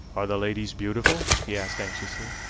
are the ladies beautiful? he asked anxiously.